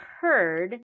heard